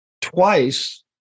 twice